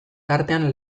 tartean